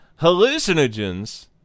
hallucinogens